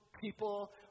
people